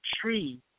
tree